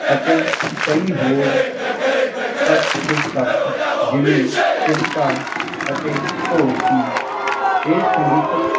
ਅਤੇ ਕਈ ਹੋਰ ਪਰਕਸਿਵ ਤੱਤ ਜਿਵੇਂ ਚਿਮਟਾ ਅਤੇ ਢੋਲਕੀ ਇਹ ਸੰਗੀਤਕ